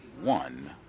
one